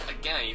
Again